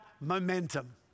Momentum